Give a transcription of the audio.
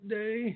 day